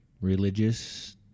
religious